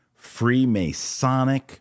Freemasonic